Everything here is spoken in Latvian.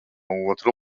otra